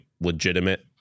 legitimate